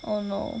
oh no